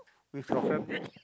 with your family